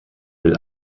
will